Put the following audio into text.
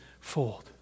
fold